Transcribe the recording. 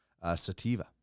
sativa